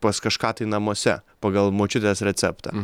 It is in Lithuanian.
pas kažką tai namuose pagal močiutės receptą